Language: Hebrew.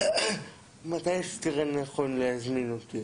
שמתי שתראה לנכון להזמין אותי